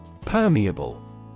Permeable